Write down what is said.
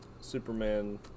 Superman